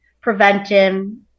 prevention